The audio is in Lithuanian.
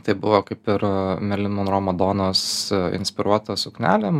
tai buvo kaip ir merlin monro madonos inspiruota suknelė